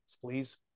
please